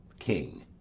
king.